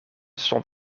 stond